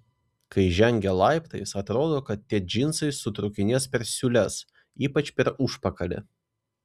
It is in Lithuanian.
kai žengia laiptais atrodo kad tie džinsai sutrūkinės per siūles ypač per užpakalį